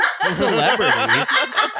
celebrity